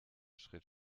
schritt